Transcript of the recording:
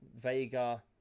Vega